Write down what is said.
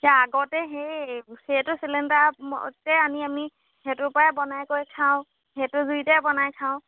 এতিয়া আগতে সেই সেইটো চিলিণ্ডাৰ মতে আনি আমি সেইটোৰ পৰাই বনাই কৰি খাওঁ সেইটো জুইতে বনাই খাওঁ